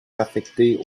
affecté